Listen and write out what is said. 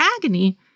agony